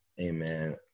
amen